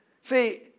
see